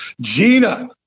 Gina